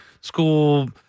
school